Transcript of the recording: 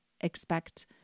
expect